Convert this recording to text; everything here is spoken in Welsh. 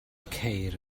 ceir